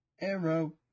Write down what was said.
Arrow